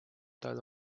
tal